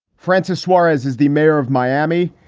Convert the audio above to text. francis suarez is the mayor of miami.